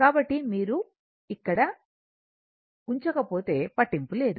కాబట్టి మీరు ఇక్కడ ఉంచకపోతే పట్టింపు లేదు